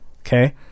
Okay